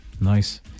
Nice